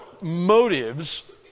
motives